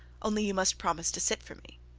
only you must promise to sit for me